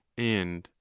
and,